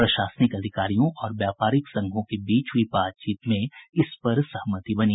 प्रशासनिक अधिकारियों और व्यापारिक संघों को बीच हुई बातचीत में इस पर सहमति बनी